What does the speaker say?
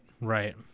right